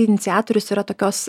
iniciatorius yra tokios